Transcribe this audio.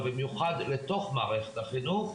אבל במיוחד לתוך מערכת החינוך,